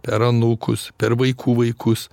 per anūkus per vaikų vaikus